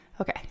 Okay